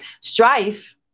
Strife